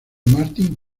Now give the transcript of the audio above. martin